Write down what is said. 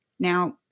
Now